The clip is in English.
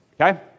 Okay